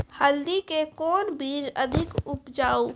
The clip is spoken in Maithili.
हल्दी के कौन बीज अधिक उपजाऊ?